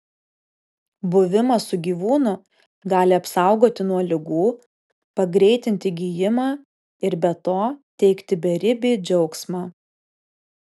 buvimas su gyvūnu gali apsaugoti nuo ligų pagreitinti gijimą ir be to teikti beribį džiaugsmą